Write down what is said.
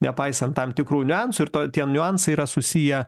nepaisant tam tikrų niuansų ir to tie niuansai yra susiję